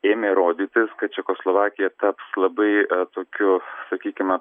ėmė rodytis kad čekoslovakija taps labai tokiu sakykime